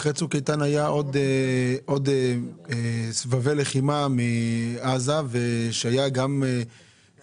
אחרי "צוק איתן" היה עוד סבבי לחימה מעזה שהיה גם פגיעות.